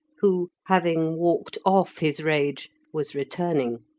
who, having walked off his rage, was returning.